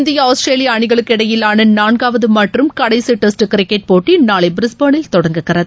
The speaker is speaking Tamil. இந்திய ஆஸ்திரேலிய அணிகளுக்கு இடையிலான நாள்காவது மற்றும் இறதி டெஸ்ட் கிரிக்கெட் போட்டி நாளை பிரிஸ்பேனில் தொடங்குகிறது